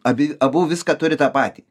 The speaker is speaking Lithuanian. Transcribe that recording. abi abu viską turi tą patį